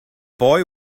boy